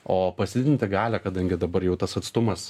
o pasididinti galią kadangi dabar jau tas atstumas